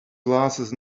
glasses